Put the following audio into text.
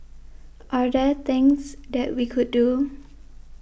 are there things that we could do